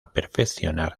perfeccionar